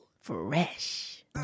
Fresh